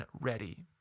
ready